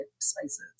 spices